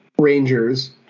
Rangers